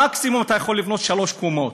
ומקסימום אתה יכול לבנות שלוש קומות.